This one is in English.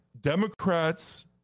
Democrats